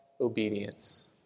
obedience